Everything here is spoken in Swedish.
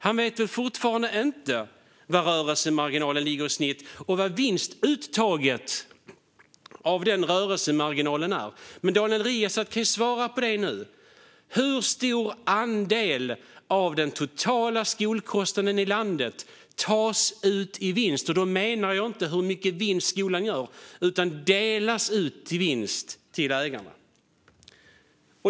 Han vet nog fortfarande inte vad rörelsemarginalen ligger på i snitt och vad vinstuttaget av denna rörelsemarginal är. Men Daniel Riazat kan kanske svara nu. Hur stor andel av den totala skolkostnaden i landet tas ut i vinst? Jag menar inte hur stor vinst skolan gör utan hur mycket som delas ut till ägarna.